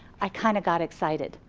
i kinda got excited.